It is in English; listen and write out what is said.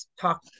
talk